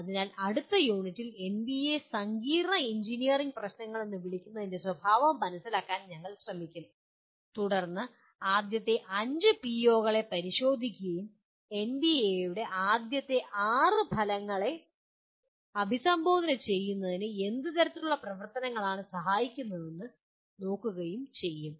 അതിനാൽ അടുത്ത യൂണിറ്റിൽ എൻബിഎ സങ്കീർണ്ണ എഞ്ചിനീയറിംഗ് പ്രശ്നങ്ങൾ വിളിക്കുന്നതിന്റെ സ്വഭാവം മനസിലാക്കാൻ ഞങ്ങൾ ശ്രമിക്കും തുടർന്ന് ഞങ്ങൾ ആദ്യത്തെ അഞ്ച് പിഒകളെ പരിശോധിക്കുകയും എൻബിഎയുടെ ആദ്യത്തെ ആറ് ഫലങ്ങളെ അഭിസംബോധന ചെയ്യുന്നതിന് എന്ത് തരത്തിലുള്ള പ്രവർത്തനങ്ങളാണ് സഹായിക്കുന്നതെന്ന് നോക്കുകയും ചെയ്യും